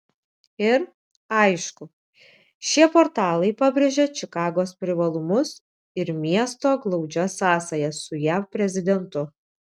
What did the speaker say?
ir aišku šie portalai pabrėžia čikagos privalumus ir miesto glaudžias sąsajas su jav prezidentu